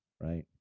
right